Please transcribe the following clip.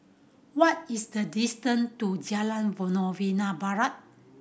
what is the distant to Jalan Novena Barat